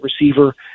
receiver